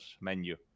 menu